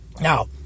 Now